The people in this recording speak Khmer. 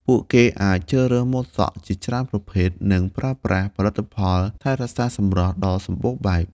ពួកគេអាចជ្រើសរើសម៉ូតសក់ជាច្រើនប្រភេទ និងប្រើប្រាស់ផលិតផលថែរក្សាសម្រស់ដ៏សម្បូរបែប។